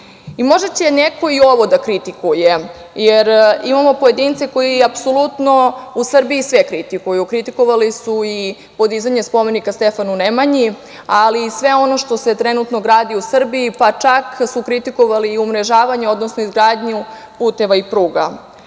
narod. Možda će neko i ovo da kritikuje, jer imamo pojedince koji apsolutno u Srbiji sve kritikuju. Kritikovali su i podizanje spomenika Stefanu Nemanji, ali i sve ono što se trenutno gradi u Srbiji, pa su čak i kritikovali umrežavanje, odnosno izgradnju puteva i pruga.